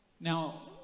Now